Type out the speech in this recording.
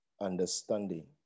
understanding